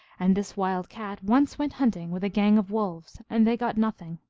and this wild cat once went hunting with a gang of wolves, and they got nothing.